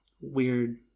weird